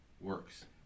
works